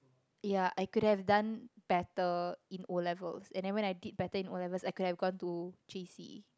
ya I could have done better in O-levels and then when I did better in O-levels I could have gone to J_C